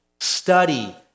study